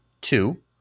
Two